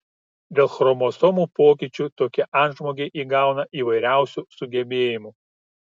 dėl chromosomų pokyčių tokie antžmogiai įgauna įvairiausių sugebėjimų